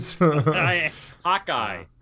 hawkeye